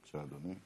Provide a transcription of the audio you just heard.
תודה.